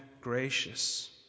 gracious